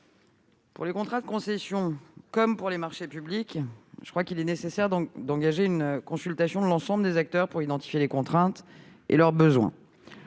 Pour les contrats de concession comme pour les marchés publics, il est nécessaire d'engager une consultation de l'ensemble des acteurs pour identifier les contraintes et les besoins.